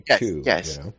yes